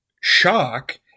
shock